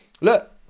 Look